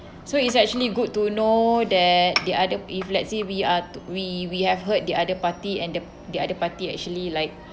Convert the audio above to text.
so it's actually good to know that the other if let's say we are th~ we we have hurt the other party and the the other party actually like